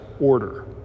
order